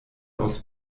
aus